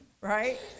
right